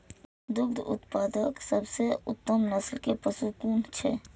दुग्ध उत्पादक सबसे उत्तम नस्ल के पशु कुन छै?